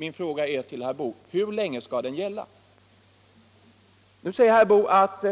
Min fråga till herr Boo är: Hur länge skall den gälla? Nu säger herr Boo att